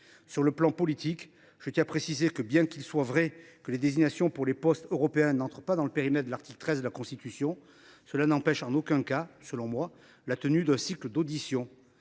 Sur le plan politique, je tiens à le préciser, bien qu’il soit vrai que les désignations pour les postes européens n’entrent pas dans le périmètre de l’article 13 de la Constitution, rien n’empêche, selon moi, la tenue d’un cycle d’auditions.